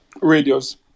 radios